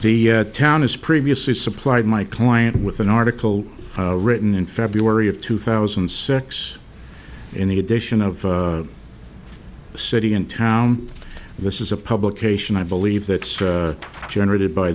the town has previously supplied my client with an article written in february of two thousand and six in the edition of a city in town this is a publication i believe that's generated by